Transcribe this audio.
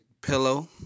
pillow